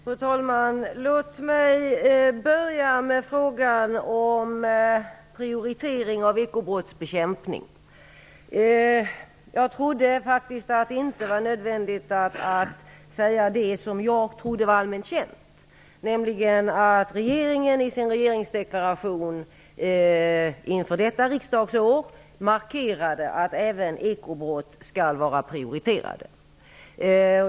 Fru talman! Låt mig börja med frågan om prioritering av ekobrottsbekämpning. Jag trodde inte att det var nödvändigt att säga det som jag trodde var allmänt känt, nämligen att regeringen i sin regeringsdeklaration inför detta riksdagsår markerade att även ekobrott skall vara prioriterade.